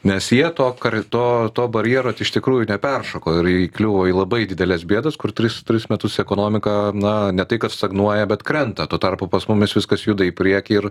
nes jie to kar to to barjero iš tikrųjų neperšoko ir įkliuvo į labai dideles bėdas kur tris tris metus ekonomika na ne tai kad stagnuoja bet krenta tuo tarpu pas mumis viskas juda į priekį ir